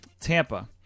Tampa